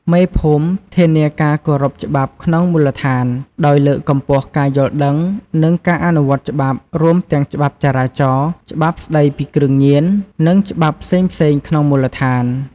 មេភូមិធានាការគោរពច្បាប់ក្នុងមូលដ្ឋាន ដោយលើកកម្ពស់ការយល់ដឹង និងការអនុវត្តច្បាប់ រួមទាំងច្បាប់ចរាចរណ៍ ច្បាប់ស្ដីពីគ្រឿងញៀន និងច្បាប់ផ្សេងៗក្នុងមូលដ្ឋាន។